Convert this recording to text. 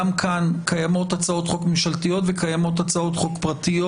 גם כאן קיימות הצעות חוק ממשלתיות וקיימות הצעות חוק פרטיות.